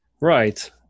Right